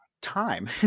time